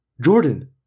Jordan